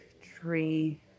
tree